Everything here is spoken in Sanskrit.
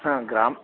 हा ग्रामम्